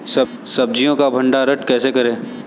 सब्जियों का भंडारण कैसे करें?